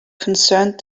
concerned